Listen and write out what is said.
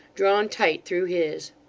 drawn tight through his.